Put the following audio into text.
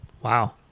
Wow